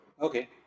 Okay